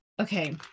okay